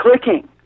clicking